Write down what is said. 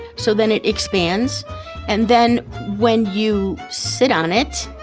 so then it expands and then when you sit on it,